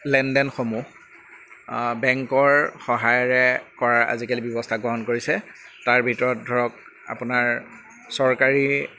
লেনদেনসমূহ বেংকৰ সহায়েৰে কৰাৰ আজিকালি ব্যৱস্থা গ্ৰহণ কৰিছে তাৰ ভিতৰত ধৰক আপোনাৰ চৰকাৰী